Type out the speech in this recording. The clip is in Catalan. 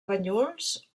banyuls